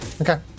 Okay